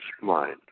mind